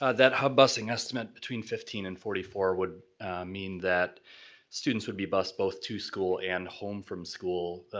ah that hub busing estimate between fifteen and forty four would mean that students would be bused both to school and home from school.